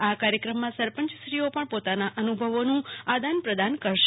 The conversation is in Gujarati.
આ કાર્યક્રમમાં સરપંચ શ્રીઓ પણ પોતાના અનુભવોનું આદાન પ્રદાન કરશે